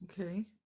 okay